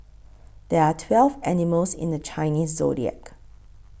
there are twelve animals in the Chinese zodiac